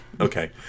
okay